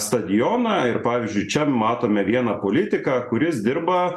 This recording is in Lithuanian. stadioną ir pavyzdžiui čia matome vieną politiką kuris dirba